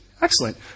Excellent